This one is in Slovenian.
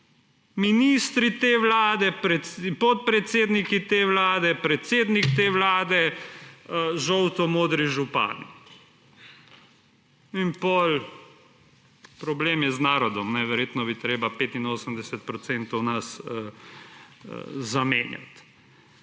Ministri te vlade, podpredsedniki te vlade, predsednik te vlade, žoltomodri župani. In potem problemi z narodom. Najverjetneje bi bilo treba 85 % nas zamenjati.